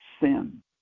sin